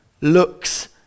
looks